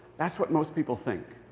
that's what most people think.